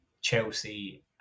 Chelsea